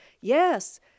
yes